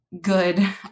good